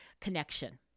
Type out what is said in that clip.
connection